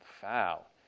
foul